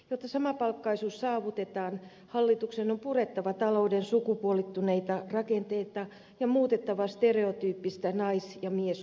jotta samapalkkaisuus saavutetaan hallituksen on purettava talouden sukupuolittuneita rakenteita ja muutettava stereotyyppistä nais ja mieskuvaa